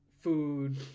food